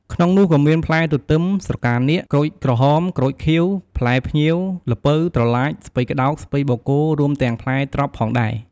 ក្នុងនោះក៏មាន ផ្លែទទឹម ស្រកានាគ ក្រូចក្រហម ក្រូចខៀវ ផ្លែភ្ញៀវ ល្ពៅ ត្រឡាច ស្ពៃក្តោប ស្ពៃបូកគោ រួមទាំងផ្លែត្រប់ផងដែរ។